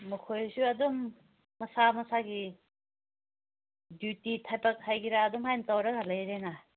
ꯃꯈꯣꯏꯁꯨ ꯑꯗꯨꯝ ꯃꯁꯥ ꯃꯁꯥꯒꯤ ꯗ꯭ꯌꯨꯇꯤ ꯊꯕꯛ ꯍꯥꯏꯒꯦꯔꯥ ꯑꯗꯨꯝꯍꯥꯏꯅ ꯇꯧꯔꯒ ꯂꯩꯔꯦꯅ